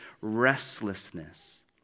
restlessness